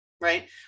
right